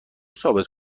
ثابت